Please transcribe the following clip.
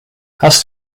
hast